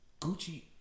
Gucci